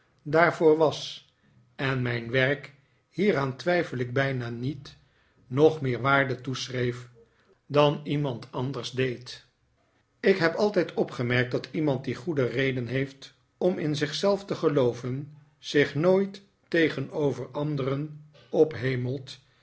daarvoor was en mijn werk hieraan twijfel ik bijna niet nog meer waarde toeschreef dan iemand anders deed ik heb altijd opgemerkt dat iemand die goede reden heeft om in zich zelf te gelooven zich nooit tegenover anderen ophemelt